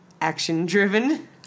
action-driven